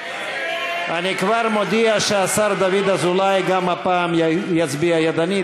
אני כבר מודיע שהשר דוד אזולאי גם הפעם יצביע ידנית,